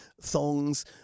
thongs